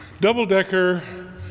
Double-decker